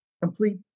complete